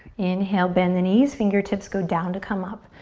inhale, bend the knees. fingertips go down to come up.